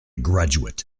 graduate